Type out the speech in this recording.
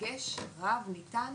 כשדגש רב הוא ניתן